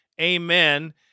Amen